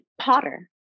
potter